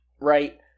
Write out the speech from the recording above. right